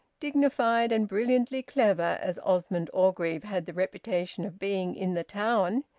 dignified and brilliantly clever as osmond orgreave had the reputation of being in the town,